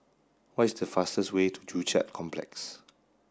what is the fastest way to Joo Chiat Complex